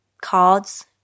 cards